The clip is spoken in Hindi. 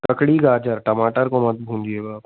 ककड़ी गाजर टमाटर को मत भुूजिएगा आप